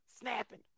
snapping